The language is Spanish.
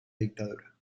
dictadura